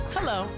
Hello